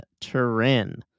Turin